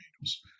Angels